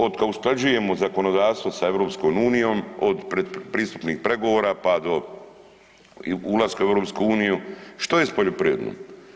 Otkad usklađujemo zakonodavstvo sa EU od prisutnih pregovora, pa do ulaska u EU, što je s poljoprivredom?